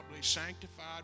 sanctified